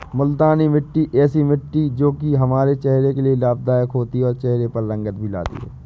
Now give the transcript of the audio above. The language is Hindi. मूलतानी मिट्टी ऐसी मिट्टी है जो की हमारे चेहरे के लिए लाभदायक होती है और चहरे पर रंगत भी लाती है